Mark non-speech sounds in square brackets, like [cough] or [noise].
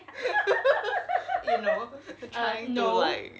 [laughs] eh you know trying to like